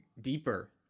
deeper